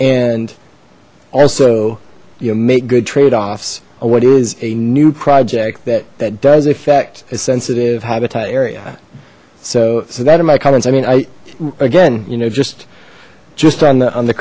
and also you make good trade offs on what is a new project that that does affect a sensitive habitat area so so that in my comments i mean i again you know just just on the on the